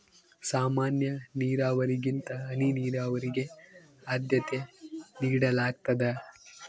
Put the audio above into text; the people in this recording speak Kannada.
ಸಾಮಾನ್ಯ ನೇರಾವರಿಗಿಂತ ಹನಿ ನೇರಾವರಿಗೆ ಆದ್ಯತೆ ನೇಡಲಾಗ್ತದ